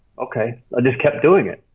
okay. i just kept doing it.